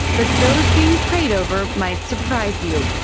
but those being prayed over might surprise you.